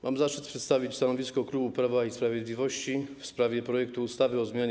Mam zaszczyt przedstawić stanowisko klubu Prawa i Sprawiedliwości w sprawie projektu ustawy o zmianie